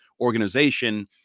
organization